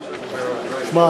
תשמע,